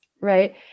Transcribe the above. right